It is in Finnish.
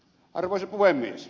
arvoisa puhemies